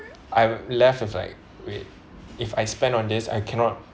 I'm left with like wait if I spend on this I cannot